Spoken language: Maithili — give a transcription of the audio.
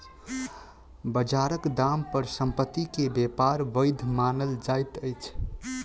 बजारक दाम पर संपत्ति के व्यापार वैध मानल जाइत अछि